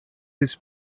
his